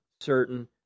certain